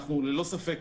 ללא ספק,